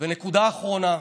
נקודה אחרונה: